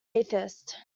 atheist